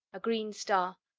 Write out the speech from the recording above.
a green star,